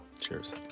cheers